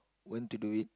when to do it